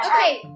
Okay